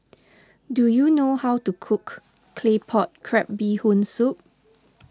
do you know how to cook Claypot Crab Bee Hoon Soup